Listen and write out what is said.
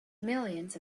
millions